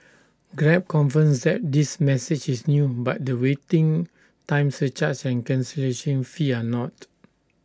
grab confirms that this message is new but the waiting time surcharge and cancellation fee are not